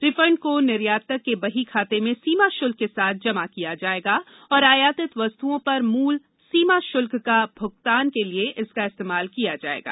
refund को निर्यातक के बही खाते में सीमा शुल्क के साथ जमा किया जाएगा और आयातित वस्तुओं पर मूल सीमा शुल्क का भुगतान के लिए इसका इस्तेमाल किया जाएगा